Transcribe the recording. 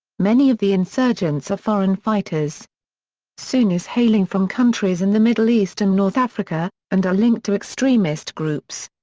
many of the insurgents are foreign fighters sunnis hailing from countries in the middle east and north africa, and are linked to extremist groups.